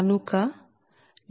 కనుక 8